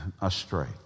astray